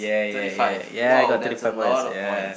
thirty five !wow! that's a lot of points